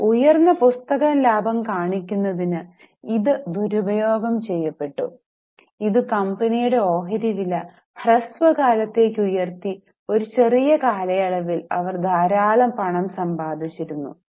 എന്നാൽ ഉയർന്ന പുസ്തക ലാഭം കാണിക്കുന്നതിനു ഇത് ദുരുപയോഗം ചെയ്യപ്പെട്ടു ഇത് കമ്പനിയുടെ ഓഹരി വില ഹ്രസ്വകാലത്തേക്ക് ഉയർത്തി ഒരു ചെറിയ കാലയളവിൽ അവർ ധാരാളം പണം സമ്പാദിച്ചിരുന്നു